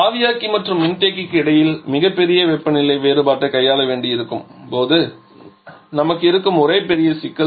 ஆவியாக்கி மற்றும் மின்தேக்கிக்கு இடையில் மிகப் பெரிய வெப்பநிலை வேறுபாட்டைக் கையாள வேண்டியிருக்கும் போது நமக்கு இருக்கும் ஒரு பெரிய சிக்கல்